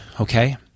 Okay